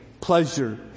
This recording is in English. pleasure